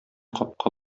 капка